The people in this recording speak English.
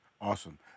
Awesome